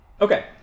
Okay